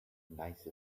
nice